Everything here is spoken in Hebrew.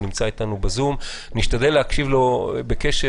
הוא נמצא איתנו בזום ונשתדל להקשיב לו בקשב.